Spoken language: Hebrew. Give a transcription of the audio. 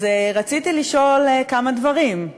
אז רציתי לשאול כמה דברים: